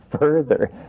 further